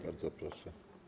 Bardzo proszę.